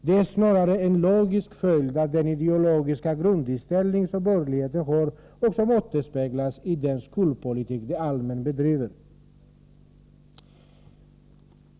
Det är snarare en logisk följd av den ideologiska grundinställning som borgerligheten har och som återspeglas i den skolpolitik de allmänt bedriver.